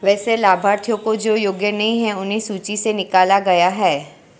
वैसे लाभार्थियों जो योग्य नहीं हैं उन्हें सूची से निकला गया है